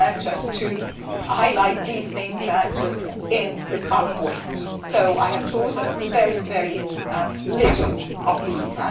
ah just to highlight these things ah just in this powerpoint. so i have chosen very, very little of these.